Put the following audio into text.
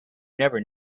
never